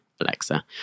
Alexa